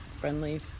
friendly